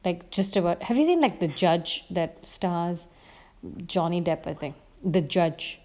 like just about have you seen like the judge that stars johnny depp the judge